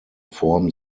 form